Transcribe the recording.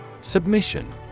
Submission